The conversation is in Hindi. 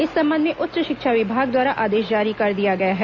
इस संबंध में उच्च शिक्षा विभाग द्वारा आदेश जारी कर दिया गया है